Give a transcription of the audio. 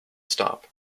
stop